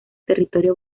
territorio